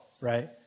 right